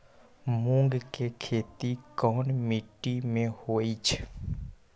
मूँग के खेती कौन मीटी मे होईछ?